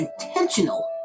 intentional